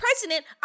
president